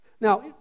Now